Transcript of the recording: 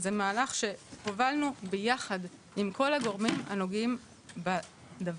זה מהלך שהובלנו ביחד עם כל הגורמים הנוגעים בדבר.